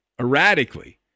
erratically